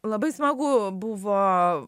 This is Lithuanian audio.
labai smagu buvo